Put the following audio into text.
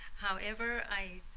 however i,